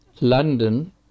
London